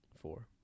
four